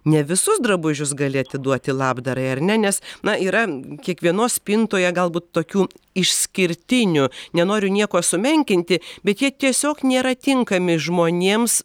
ne visus drabužius gali atiduoti labdarai ar ne nes na yra kiekvienos spintoje galbūt tokių išskirtinių nenoriu nieko sumenkinti bet jie tiesiog nėra tinkami žmonėms